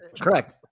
Correct